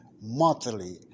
monthly